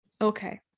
Okay